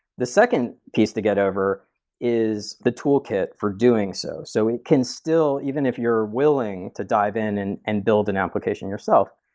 the second piece to get over is the toolkit for doing so. so it can still even if you're willing to dive in and and build an application yourself,